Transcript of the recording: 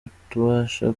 utabasha